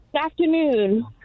Afternoon